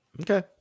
Okay